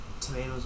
Tomatoes